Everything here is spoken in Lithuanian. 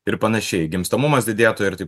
ir panašiai gimstamumas didėtų ir taip